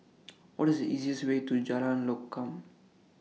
What IS The easiest Way to Jalan Lokam